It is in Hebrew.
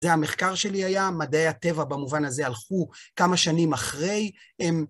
זה המחקר שלי היה, מדעי הטבע במובן הזה הלכו כמה שנים אחרי